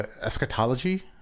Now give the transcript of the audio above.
eschatology